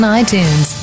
itunes